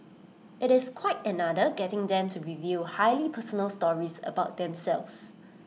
IT is quite another getting them to reveal highly personal stories about themselves